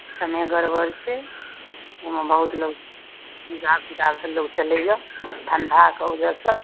समय गड़बड़ छै ओहिमे बहुत लोक हिसाब किताबसँ लोक चलैया ठंडाके वजहसँ